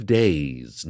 days